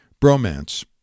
bromance